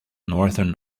northern